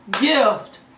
gift